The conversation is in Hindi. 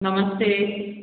नमस्ते